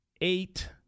eight